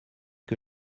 que